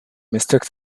mistook